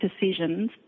decisions